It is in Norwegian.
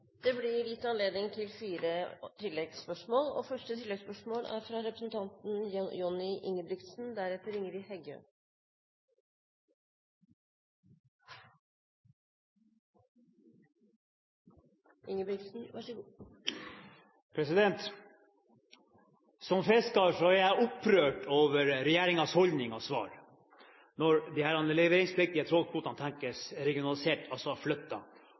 Det blir gitt anledning til fire oppfølgingsspørsmål – først Johnny Ingebrigtsen. Som fisker er jeg opprørt over regjeringens holdning og svar når disse leveringspliktige trålkvotene tenkes regionalisert, altså